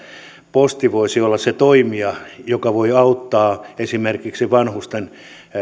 posti voisi olla se toimija joka voi auttaa esimerkiksi vanhusten